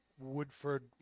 Woodford